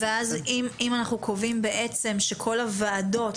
ואז אם אנחנו קובעים שכל הוועדות